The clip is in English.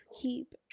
keep